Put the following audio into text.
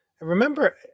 remember